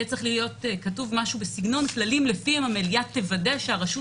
יהיה צריך להיות כתוב: כללים לפיהם המליאה תוודא שהרשות